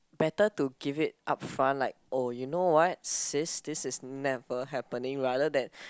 better to give it upfront like oh you know what sis this is never happening rather than